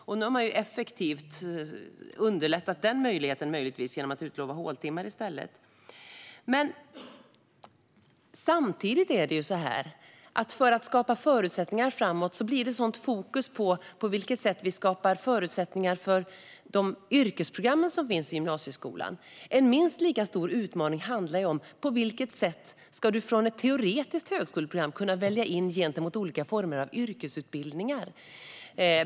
Nu har man effektivt underlättat den möjligheten genom att utlova håltimmar i stället. Vi talar om att skapa förutsättningar framåt. Då blir det fokus på hur vi skapar förutsättningar för yrkesprogrammen i gymnasieskolan. Men en minst lika stor utmaning är hur man från att ha gått ett teoretiskt gymnasieprogram ska kunna välja olika former av yrkesutbildningar.